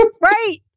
right